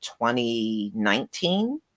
2019